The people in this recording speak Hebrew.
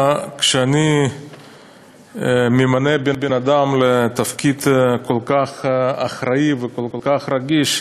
כשאני ממנה בן-אדם לתפקיד כל כך אחראי וכל כך רגיש,